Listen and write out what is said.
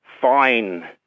fine